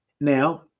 Now